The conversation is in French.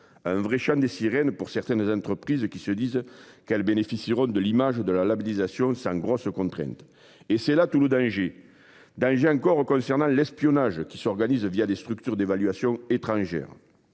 Un vrai chant des sirènes pour certaines entreprises qui se disent qu'elles bénéficieront de l'image de la labellisation c'est gros ce compte Print. Et c'est là tout le danger d'un j'ai encore concernant l'espionnage qui s'organise via des structures d'évaluation étrangère.